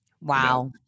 Wow